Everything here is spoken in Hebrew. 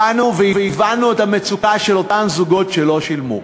באנו והבנו את המצוקה של אותם זוגות שלא שילמו.